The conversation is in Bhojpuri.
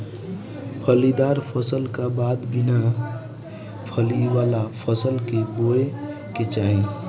फलीदार फसल का बाद बिना फली वाला फसल के बोए के चाही